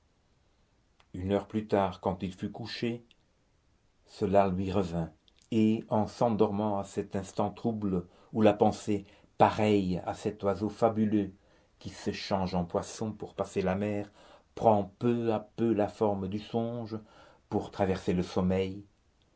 une heure plus tard quand il fut couché cela lui revint et en s'endormant à cet instant trouble où la pensée pareille à cet oiseau fabuleux qui se change en poisson pour passer la mer prend peu à peu la forme du songe pour traverser le sommeil